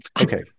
Okay